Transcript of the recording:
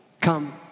come